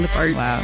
Wow